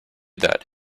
that